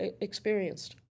experienced